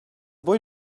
buca